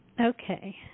Okay